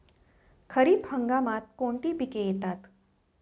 खरीप हंगामात कोणती पिके येतात?